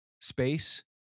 space